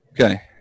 Okay